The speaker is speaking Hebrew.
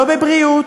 לא בבריאות,